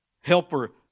helper